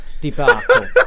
debacle